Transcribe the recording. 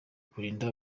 kurinda